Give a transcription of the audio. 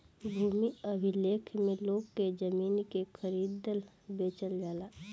भूमि अभिलेख में लोग के जमीन के खरीदल बेचल जाला